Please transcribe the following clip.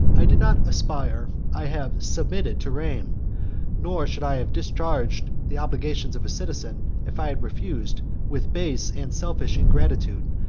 i did not aspire, i have submitted to reign nor should i have discharged the obligations of a citizen if i had refused, with base and selfish ingratitude,